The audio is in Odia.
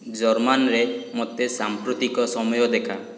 ଜର୍ମାନ୍ରେ ମୋତେ ସାମ୍ପ୍ରତିକ ସମୟ ଦେଖା